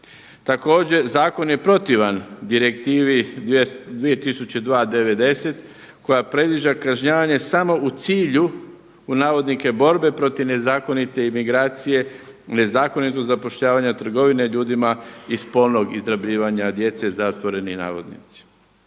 Također zakon je protivan Direktivi 2002/90 koja predviđa kažnjavanje samo u cilju u navodnike borbe protiv nezakonite imigracije, nezakonitog zapošljavanja, trgovine ljudima i spolnog izrabljivanja djece zatvoreni navodnici.